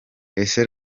ese